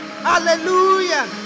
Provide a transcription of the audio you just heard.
Hallelujah